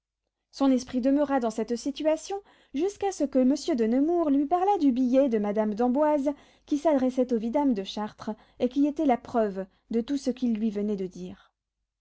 son esprit demeura dans cette situation jusqu'à ce que monsieur de nemours lui parlât du billet de madame d'amboise qui s'adressait au vidame de chartres et qui était la preuve de tout ce qu'il lui venait de dire